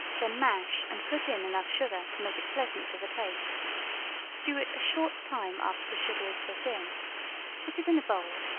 then mash and put in enough sugar to make it pleasant to the taste stew it a short time after the sugar is put in put it in a bowl,